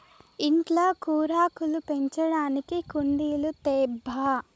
ఇంట్ల కూరాకులు పెంచడానికి కుండీలు తేబ్బా